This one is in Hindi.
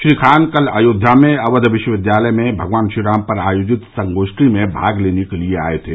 श्री खान कल अयोय्या में अक्ष विश्वविद्यालय में भगवान श्रीराम पर आयोजित संगोष्ठी में भाग लेने के लिए आए थे